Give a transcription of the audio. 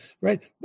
right